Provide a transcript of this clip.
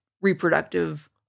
reproductive